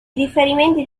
riferimenti